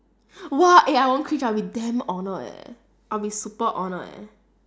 !wah! eh I won't cringe I'll be damn honoured eh I'll be super honoured eh